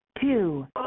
Two